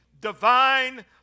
divine